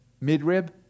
midrib